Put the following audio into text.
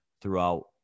throughout